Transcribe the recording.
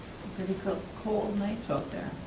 pretty cold cold nights up there.